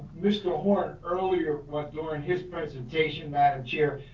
mr. horn, earlier during his presentation, madam chair,